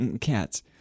cats